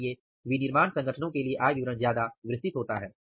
इसलिए विनिर्माण संगठनों के लिए आय विवरण ज्यादा विस्तृत होता है